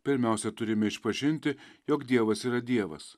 pirmiausia turime išpažinti jog dievas yra dievas